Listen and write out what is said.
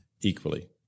equally